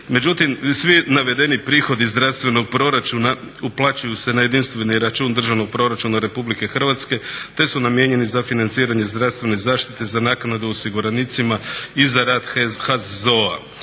Međutim, svi navedeni prihodi iz zdravstvenog proračuna uplaćuju se na jedinstveni račun državnog proračuna RH te su namijenjeni za financiranje zdravstvene zaštite za naknadu osiguranicima i za rad HZZO-a.